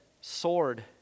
sword